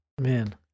Man